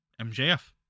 MJF